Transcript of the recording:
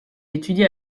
étudie